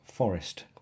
Forest